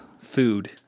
food